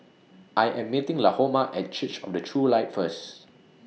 I Am meeting Lahoma At Church of The True Light First